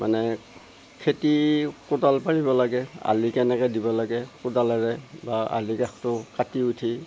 মানে খেতি কোদাল পাৰিব লাগে আলি কেনেকে দিব লাগে কোদালেৰে বা আলিৰ কাষটো কাটি উঠি